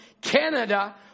Canada